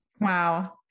Wow